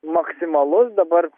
maksimalus dabar